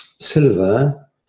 silver